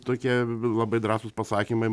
tokie labai drąsūs pasakymai